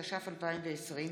התש"ף 2020,